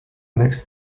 next